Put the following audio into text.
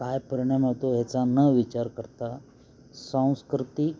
काय परिणाम होतो ह्याचा न विचार करता सांस्कृतिक